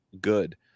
good